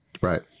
Right